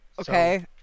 Okay